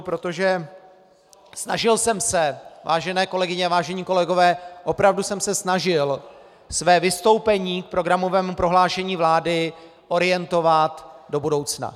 Protože jsem se snažil, vážené kolegyně a vážení kolegové, opravdu jsem se snažil své vystoupení k programovému prohlášení vlády orientovat do budoucna.